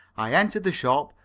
i entered the shop,